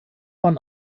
man